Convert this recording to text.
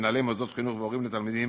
מנהלי מוסדות חינוך והורים לתלמידים,